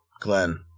Glenn